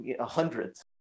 hundreds